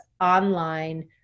online